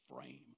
frame